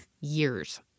years